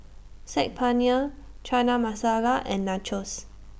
Saag Paneer Chana Masala and Nachos